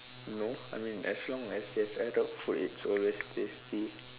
no I mean as long as it's Arab food it's always tasty